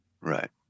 Right